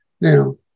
Now